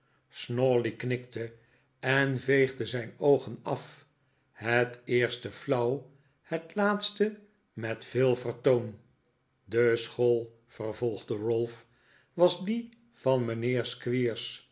snawley knikte en veegde zijn oogen af het eerste flauw het laatste met veel vertoon de school vervolgde ralph was die van mijnheer